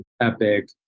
Epic